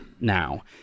now